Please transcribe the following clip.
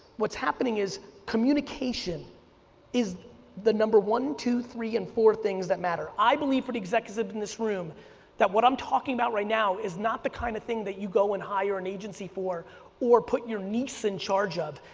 what's happening is communication is the number one, two, three, and four things that matter. i believe pretty executives in this room that what i'm talking about right now is not the kind of thing that you go and hire an agency for or put your niece in charge of.